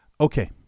Okay